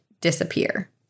Disappear